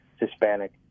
Hispanic